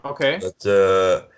Okay